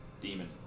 Demon